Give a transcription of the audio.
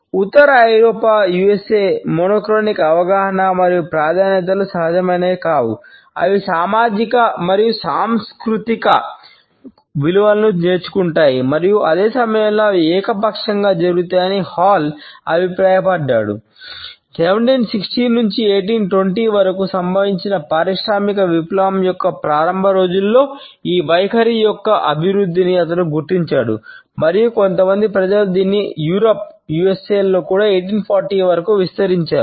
ఉత్తర ఐరోపా లలో కూడా 1840 వరకు విస్తరించారు